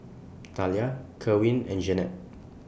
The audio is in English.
Talia Kerwin and Jeanette